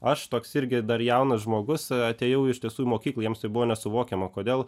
aš toks irgi dar jaunas žmogus atėjau iš tiesų į mokyklą jiems tai buvo nesuvokiama kodėl